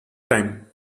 time